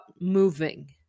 moving